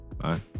Bye